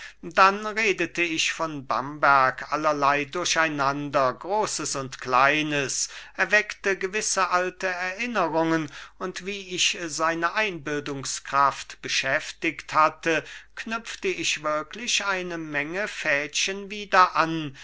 dann redete ich von bamberg allerlei durcheinander großes und kleines erweckte gewisse alte erinnerungen und wie ich seine einbildungskraft beschäftigt hatte knüpfte ich wirklich eine menge fädchen wieder an